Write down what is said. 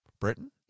Britain